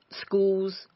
schools